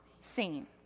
seen